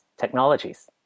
technologies